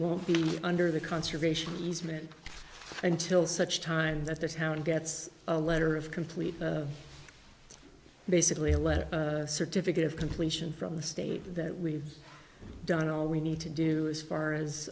won't be under the conservation easement until such time that the town gets a letter of complete basically a letter certificate of completion from the state that we've done all we need to do as far as